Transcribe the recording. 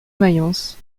mayence